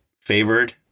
favored